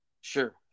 Sure